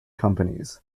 companies